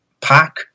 pack